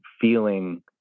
feeling